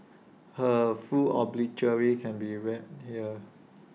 her full obituary can be read here